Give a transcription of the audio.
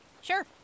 sure